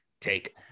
take